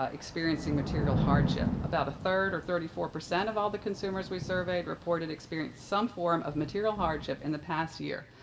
ah experiencing material hardship. about a third, or thirty four, of all the consumers we surveyed reported experiencing some form of material hardship in the past year.